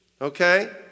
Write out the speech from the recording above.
Okay